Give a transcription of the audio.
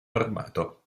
armato